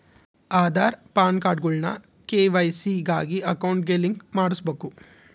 ಆದಾರ್, ಪಾನ್ಕಾರ್ಡ್ಗುಳ್ನ ಕೆ.ವೈ.ಸಿ ಗಾಗಿ ಅಕೌಂಟ್ಗೆ ಲಿಂಕ್ ಮಾಡುಸ್ಬಕು